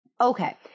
Okay